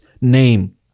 name